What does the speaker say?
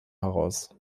heraus